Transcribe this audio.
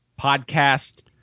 podcast